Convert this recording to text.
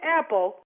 apple